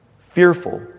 fearful